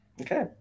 Okay